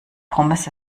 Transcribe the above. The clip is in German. pommes